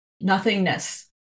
nothingness